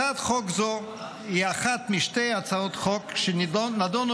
הצעת חוק זו היא אחת משתי הצעות חוק שנדונו